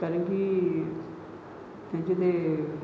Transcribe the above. कारण की त्यांचे ते